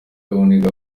kaboneka